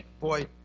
Boy